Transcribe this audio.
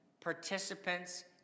participants